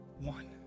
one